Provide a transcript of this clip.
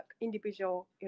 individual